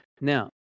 Now